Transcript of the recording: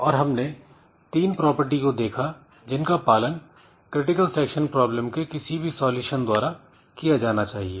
और हमने 3 प्रॉपर्टी को देखा जिनका पालन क्रिटिकल सेक्शन प्रॉब्लम के किसी भी सॉल्यूशन द्वारा किया जाना चाहिए